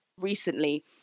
recently